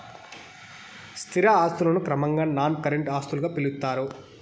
స్థిర ఆస్తులను క్రమంగా నాన్ కరెంట్ ఆస్తులుగా పిలుత్తారు